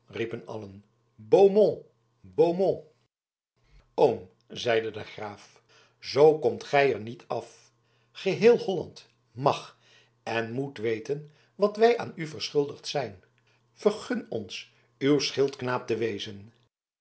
riepen allen beaumont beaumont oom zeide de graaf zoo komt gij er niet af geheel holland mag en moet weten wat wij aan u verschuldigd zijn vergun ons uw schildknaap te wezen